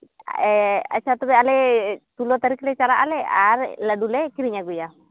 ᱟᱪᱪᱷᱟ ᱛᱚᱵᱮ ᱟᱞᱮ ᱥᱳᱞᱳ ᱛᱟ ᱨᱤᱠᱷ ᱞᱮ ᱪᱟᱞᱟᱜᱼᱟᱞᱮ ᱟᱨ ᱞᱟᱹᱰᱩ ᱞᱮ ᱠᱤᱨᱤᱧ ᱟᱹᱜᱩᱭᱟ